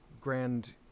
grand